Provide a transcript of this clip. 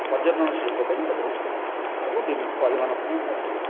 ପର୍ଯ୍ୟଟନ ଶିଳ୍ପ ପାଇଁ ଗୋଟିଏ ବହୁତ ହେବ ଏବଂ ପରିବହନ ପାଇଁ ଗୋଟିଏ ଭଲ